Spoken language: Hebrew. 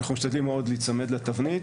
אנחנו משתדלים מאוד להיצמד לתבנית.